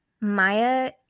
Maya